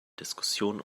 diskussion